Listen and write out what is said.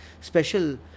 special